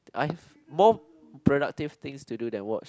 I more productive things to do that work